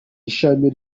ishami